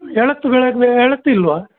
ಎಳತು ಎಳತು ಇಲ್ವಾ